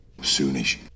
Soonish